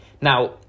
Now